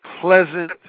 pleasant